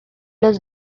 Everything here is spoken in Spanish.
los